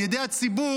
על ידי הציבור,